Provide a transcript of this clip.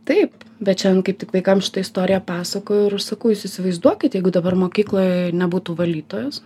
taip bet šiandien kaip tik vaikams šitą istoriją pasakojau ir aš sakau jūs įsivaizduokit jeigu dabar mokykloje nebūtų valytojos